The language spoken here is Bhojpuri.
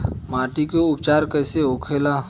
माटी के उपचार कैसे होखे ला?